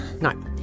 No